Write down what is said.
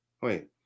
Wait